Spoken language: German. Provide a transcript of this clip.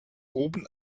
oben